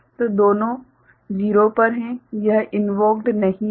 तो दोनों 0 पर है यह इन्वोक्ड नहीं है